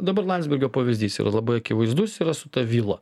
dabar landsbergio pavyzdys yra labai akivaizdus yra su ta vila